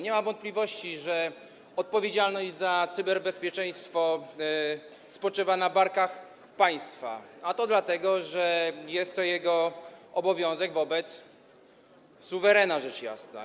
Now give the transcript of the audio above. Nie ma wątpliwości, że odpowiedzialność za cyberbezpieczeństwo spoczywa na barkach państwa, a to dlatego że jest to jego obowiązek wobec suwerena rzecz jasna.